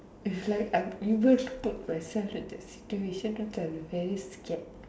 is like I'm able to put myself in that situation I am very scared